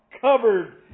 covered